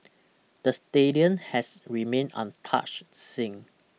the stadium has remained untouched since